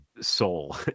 soul